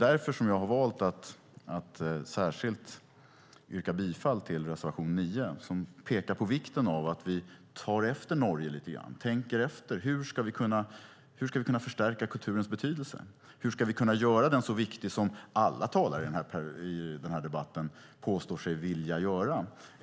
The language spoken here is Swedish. Därför har jag valt att särskilt yrka bifall till reservation 9, som särskilt pekar på vikten av att vi tar efter Norge lite och tänker efter hur vi ska kunna stärka kulturens betydelse. Hur ska vi kunna göra den så viktig som alla talare i den här debatten påstår sig vilja göra den?